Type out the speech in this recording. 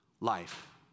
life